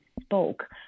spoke